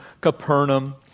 Capernaum